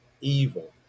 evil